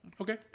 okay